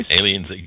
Aliens